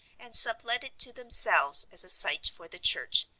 and sublet it to themselves as a site for the church,